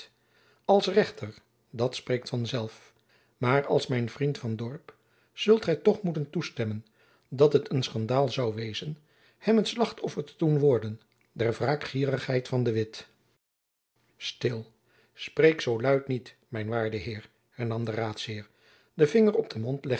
als rechter dat spreekt van zelf maar als mijn vriend van dorp zult gy toch moeten toestemmen dat het een schandaal zoû wezen hem het slachtoffer te doen worden der wraakgierigheid van de witt stil spreek zoo luid niet mijn waarde heer hernam de raadsheer den vinger op den mond